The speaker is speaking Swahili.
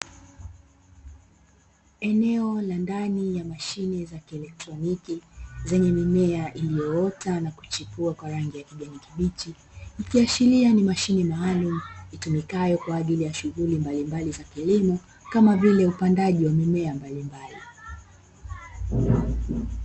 Eneo la ndani ya mashine za kielektroniki zenye mimea iliyoota na kuchipua kwa rangi ya kijani kibichi, ikiashiria ni mashine maalumu itumikayo kwa ajili ya shughuli mbalimbali za kilimo kama vile upandaji wa mimea mbalimbali.